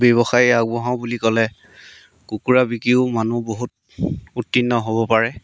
ব্যৱসায়ী আগবঢ়াওঁ বুলি ক'লে কুকুৰা বিকিও মানুহ বহুত উত্তীৰ্ণ হ'ব পাৰে